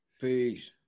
Peace